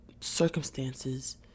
circumstances